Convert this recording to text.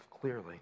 clearly